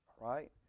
right